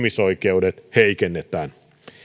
ihmisoikeudet heikennetään